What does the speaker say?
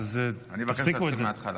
אז תפסיקו את זה.